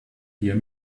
hear